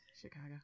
chicago